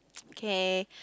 K